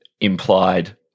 implied